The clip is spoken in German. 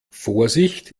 vorsicht